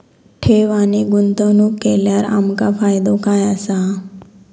ठेव आणि गुंतवणूक केल्यार आमका फायदो काय आसा?